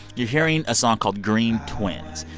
you're hearing a song called green twins.